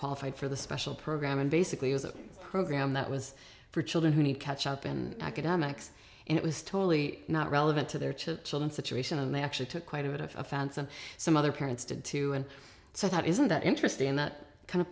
qualified for the special program and basically was a program that was for children who need catch up and academics and it was totally not relevant to their church and situation and they actually took quite a bit of a fancy some other parents did too and so that isn't that interesting that kind of